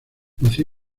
nació